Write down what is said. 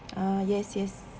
uh yes yes